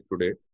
today